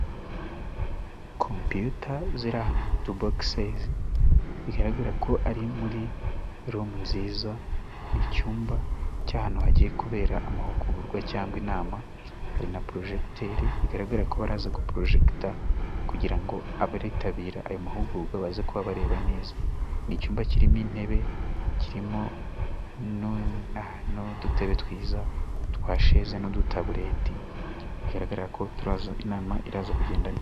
Kompiyuta ziri ahantu mu tubogise, bigaragara ko ari muri rumu nziza. Ni icyumba cy'ahantu hagiye kubera amahugurwa cyangwa inama. Hari na porojegiteri bigaragara ko baraza guporojeta kugira ngo abaritabira ayo mahugurwa, baze kuba bareba neza. Ni icyumba kirimo intebe, kirimo n'udutebe twiza twa sheze n'udutabureti. Bigaragara ko turaza inama iraza kugenda neza.